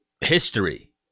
history